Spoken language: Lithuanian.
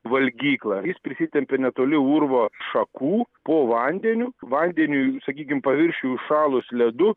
valgyklą jis prisitempia netoli urvo šakų po vandeniu vandeniui sakykim paviršiuj užšalus ledu